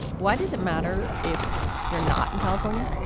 why does it matter if you're not in california?